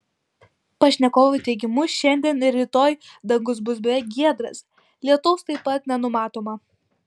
pašnekovo teigimu šiandien ir rytoj dangus bus beveik giedras lietaus taip pat nenumatoma